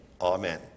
amen